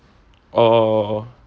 orh